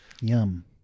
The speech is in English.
Yum